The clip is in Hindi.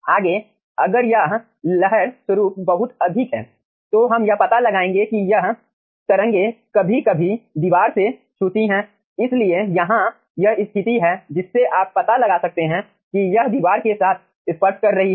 आगे अगर यह लहर स्वरूप बहुत अधिक है तो हम यह पता लगाएंगे कि यह यह तरंगें कभी कभी दीवार से छूती हैं इसलिए यहाँ यह स्थिति है जिससे आप पता लगा सकते हैं कि यह दीवार के साथ स्पर्श कर रही है